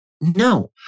No